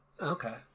Okay